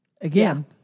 Again